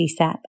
CSAP